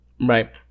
Right